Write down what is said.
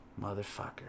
motherfucker